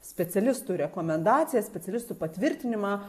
specialistų rekomendacijas specialistų patvirtinimą